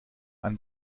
ein